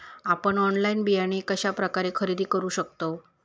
आपन ऑनलाइन बियाणे कश्या प्रकारे खरेदी करू शकतय?